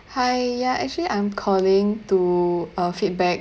hi ya actually I'm calling to uh feedback